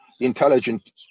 intelligent